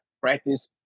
practice